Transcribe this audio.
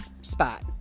spot